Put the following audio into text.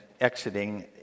exiting